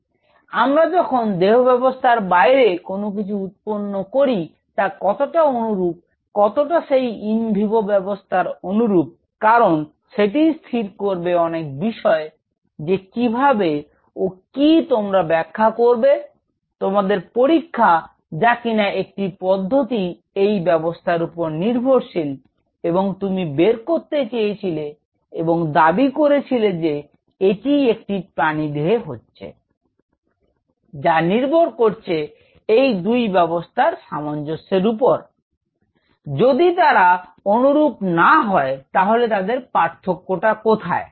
তো আমরা যখন দেহব্যাবস্থার বাইরে কোনও কিছু উৎপন্ন করি তা কতটা অনুরূপ কতটা সেই ইন ভিভো ব্যাবস্থার অনুরূপ কারন সেটিই স্থির করবে অনেক বিষয় যে কিভাবে ও কি তোমরা ব্যাখ্যা করবে তোমাদের পরীক্ষা যা কিনা একটি পদ্ধতি যা এই ব্যাবস্থার ওপর নির্ভরশীল এবং তুমি বের করতে ছেয়েছিলে এবং দাবি করেছিলে যে এটিই একটি প্রানীদেহে হচ্ছে যা নির্ভর করছে এই দুই ব্যাবস্থার সামঞ্জস্যের ওপর যদি তারা অনুরূপ না হয় তাহলে তাদের পার্থক্য কতটা